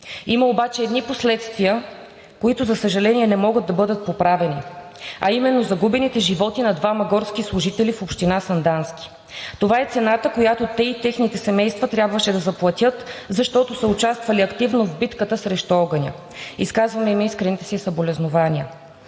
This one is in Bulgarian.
Има обаче едни последствия, които, за съжаление, не могат да бъдат поправени, а именно загубените животи на двама горски служители в община Сандански. Това е цената, която те и техните семейства трябваше да заплатят, защото са участвали активно в битката срещу огъня. Изказваме им искрените си съболезнования!